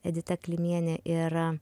edita klimienė ir